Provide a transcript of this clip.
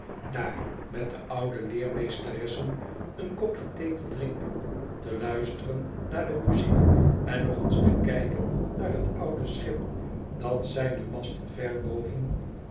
daar met de oude leermeesteresseneen kopje thee te drinken te luisteren naar de muziek en nog eens te kijken naar het oude schip dat zijne masten ver boven